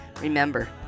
Remember